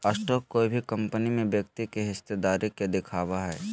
stock कोय भी company में व्यक्ति के हिस्सेदारी के दिखावय हइ